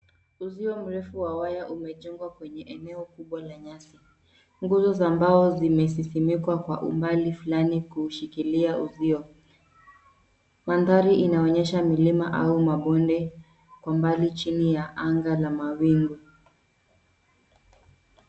Uzio mrefu wa waya umejengwa kwenye eneo kubwa la nyasi. Nguzo za mbao zimesisimikwa kwa umbali fulani kushikilia uzio. Mandhari inaonyesha milima au mabonde kwa mbali chini ya anga la mawingu.